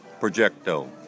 Projecto